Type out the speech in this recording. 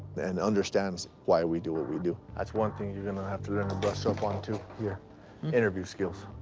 and understands why we do what we do. that's one thing you're gonna have to learn to brush up on too, your interview skills.